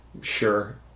Sure